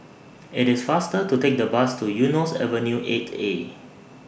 IT IS faster to Take The Bus to Eunos Avenue eight A